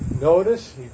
Notice